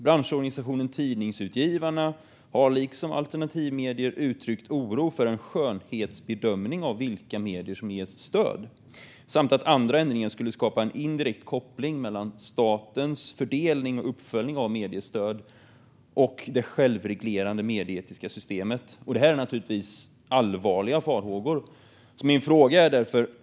Branschorganisationen Tidningsutgivarna har liksom alternativa medier uttryckt oro för en skönhetsbedömning av vilka medier som ska ges stöd och att andra ändringar skulle skapa en indirekt koppling mellan statens fördelning och uppföljning av mediestöd och det självreglerande medieetiska systemet. Det är givetvis allvarliga farhågor.